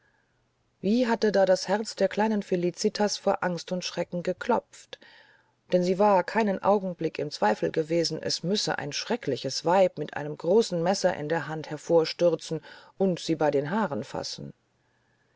wie hatte da das herz der kleinen felicitas vor angst und schrecken geklopft denn sie war keinen augenblick im zweifel gewesen es müsse ein schreckliches weib mit einem großen messer in der hand hervorstürzen und sie bei den haaren fassen